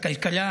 הכלכלה